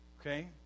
Okay